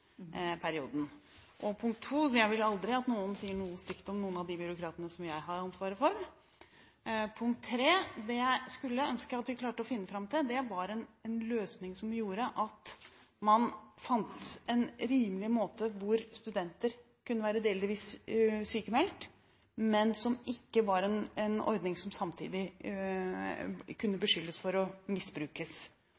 perioden. For det andre vil jeg aldri at noen sier noe stygt om noen av de byråkratene som jeg har ansvaret for. For det tredje skulle jeg ønske vi klarte å finne fram til en rimelig ordning der studenter kunne være delvis sykmeldt, men som ikke samtidig var en ordning som man kunne